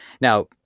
Now